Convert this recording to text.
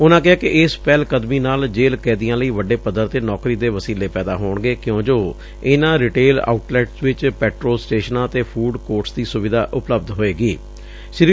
ਉਨੂਾਂ ਕਿਹਾ ਕਿ ਇਸ ਪਹਿਲਕਦਮੀ ਨਾਲ ਜੇਲ੍ਹ ਕੈਦੀਆਂ ਲਈ ਵੱਡੇ ਪੱਧਰ ਤੇ ਨੌਕਰੀ ਦੇ ਵਸੀਲੇ ਪੈਦਾ ਹੋਣਗੇ ਕਿਉਂ ਜੋ ਇਨੂਾਂ ਰੀਟੇਲ ਆਊਟਲੈਟਜ਼ ਵਿੱਚ ਪੈਟਰੋਲ ਸਟੇਸ਼ਨਾਂ ਅਤੇ ਫੂਡ ਕੋਰਟਸ ਦੀ ਸੁਵਿਧਾ ਉਪਲਬਧ ਹੋਵੇਗੀ